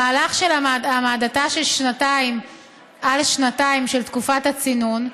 המהלך של העמדתה על שנתיים של תקופת הצינון,